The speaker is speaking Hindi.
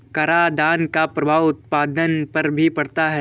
करादान का प्रभाव उत्पादन पर भी पड़ता है